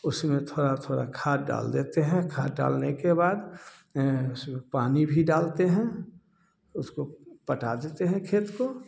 उसमें थोड़ा थोड़ा खाद डाल देते हैं खाद डालने के बाद उसमें पानी भी डालते हैं उसको पटा देते हैं खेत को